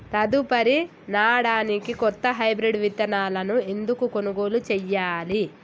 తదుపరి నాడనికి కొత్త హైబ్రిడ్ విత్తనాలను ఎందుకు కొనుగోలు చెయ్యాలి?